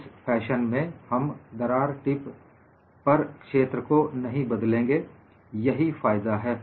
इस फैशन में हम दरार टिप पर क्षेत्र को नहीं बदलेंगे यही फायदा है